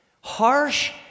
harsh